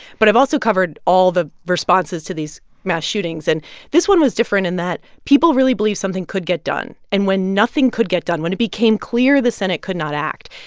but i've also covered all the responses to these mass shootings, and this one was different in that people really believed something could get done. and when nothing could get done, when it became clear the senate could not act,